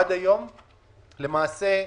למעשה,